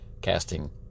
casting